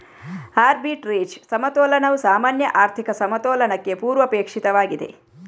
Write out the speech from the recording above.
arbitrage ಸಮತೋಲನವು ಸಾಮಾನ್ಯ ಆರ್ಥಿಕ ಸಮತೋಲನಕ್ಕೆ ಪೂರ್ವಾಪೇಕ್ಷಿತವಾಗಿದೆ